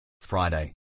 Friday